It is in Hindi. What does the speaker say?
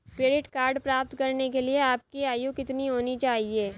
क्रेडिट कार्ड प्राप्त करने के लिए आपकी आयु कितनी होनी चाहिए?